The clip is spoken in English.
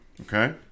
Okay